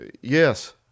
Yes